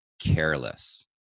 careless